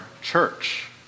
church